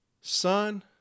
Son